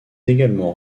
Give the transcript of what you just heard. également